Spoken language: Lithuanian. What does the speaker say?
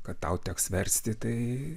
kad tau teks versti tai